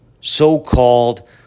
so-called